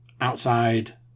outside